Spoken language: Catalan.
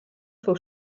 feu